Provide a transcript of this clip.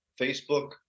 facebook